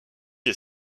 est